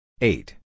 Eight